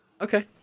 Okay